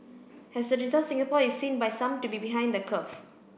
as a result Singapore is seen by some to be behind the curve